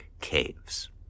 caves